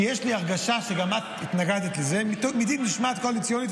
שיש לי הרגשה שגם את התנגדת לה מדין משמעת קואליציונית,